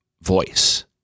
voice